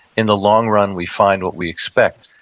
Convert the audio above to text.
in the long run, we find what we expect.